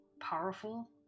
powerful